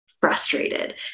frustrated